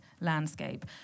landscape